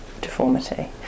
deformity